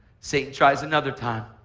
satan tries another time.